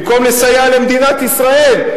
במקום לסייע למדינת ישראל,